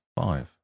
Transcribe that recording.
five